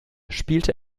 spielte